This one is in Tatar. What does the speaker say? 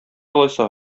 алайса